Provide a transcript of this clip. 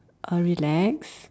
uh relax